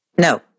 No